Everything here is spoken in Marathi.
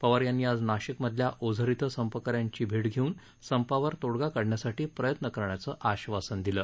पवार यांनी आज नाशिकमधल्या ओझर इथं संपक यांची भेट घेऊन संपावर तोडगा काढण्यासाठी प्रयत्न करण्याचं आश्वासन दिलं